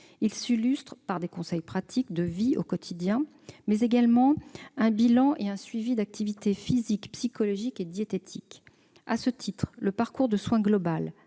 -, il passe par des conseils pratiques de vie au quotidien ainsi que par un bilan et un suivi d'activité physique, psychologique et diététique. À ce titre, le parcours de soins global